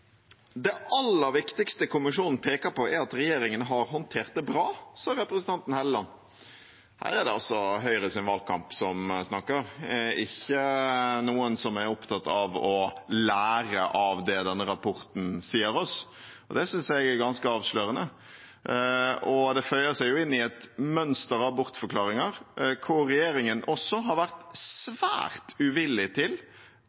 at regjeringen har håndtert det bra, sa representanten Helleland. Her er det altså Høyres valgkamp som snakker, ikke noen som er opptatt av å lære av det denne rapporten sier oss. Det synes jeg er ganske avslørende, og det føyer seg inn i et mønster av bortforklaringer der regjeringen har vært svært uvillig til